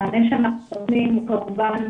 המענה שאנחנו נותנים הוא כמובן